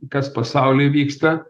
kas pasauly vyksta